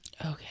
Okay